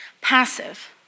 passive